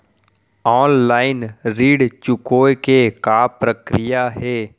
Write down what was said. Online ऋण चुकोय के का प्रक्रिया हे?